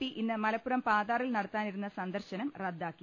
P ഇന്ന് മലപ്പുറം പാതാറിൽ നടത്താനി രുന്ന സന്ദർശനം റദ്ദാക്കി